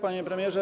Panie Premierze!